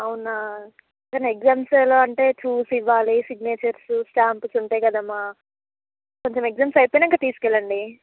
అవునా తన ఎగ్జామ్స్ ఎలా అంటే చూసి ఇవ్వాలి సిగ్నేచర్స్ స్టాంప్స్ ఉంటాయి కదమ్మ కొంచెం ఎగ్సామ్స్ అయిపోయినాక తీసుకు వెళ్ళండి